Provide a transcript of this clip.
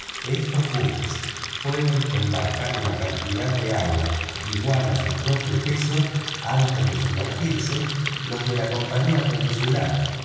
estos buques pueden embarcar una cantidad de agua igual a su propio peso antes de sumergirse los de la compañía peninsular